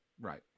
Right